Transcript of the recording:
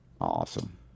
Awesome